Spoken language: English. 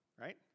right